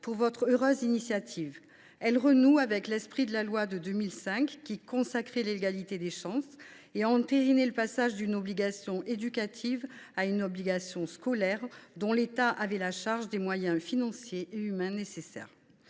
de votre heureuse initiative. Elle renoue avec l’esprit de la loi de 2005, qui consacrait l’égalité des chances et entérinait le passage d’une obligation éducative à une obligation scolaire dont l’État devait supporter la charge sur le plan tant financier qu’humain. Depuis